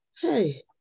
Hey